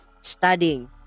studying